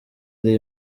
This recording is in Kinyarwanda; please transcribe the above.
iri